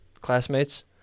classmates